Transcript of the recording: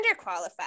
underqualified